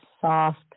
soft